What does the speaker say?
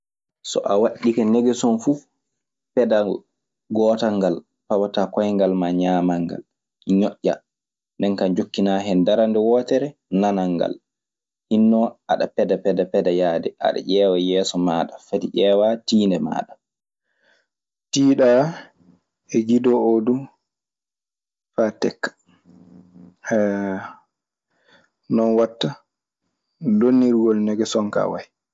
So a waɗɗike negesoo fuf pedal gootal ngal pawataa koyngal maa ñaamal ngal ñoƴƴa, ndeen kaa njokkinaa hen darannde wootere nanal ngal. Hinnoo aɗa peda peda peda yaade aɗe ƴeewa yeeso maaɗa, fati ƴeewa tiinde maaɗa. Tiiɗaa e gidoo oo du faa tekka. Non watta donnirgol negesoo kaa wayi.